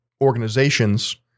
organizations